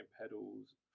pedals